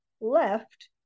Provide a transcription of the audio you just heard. left